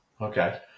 Okay